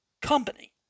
company